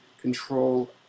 control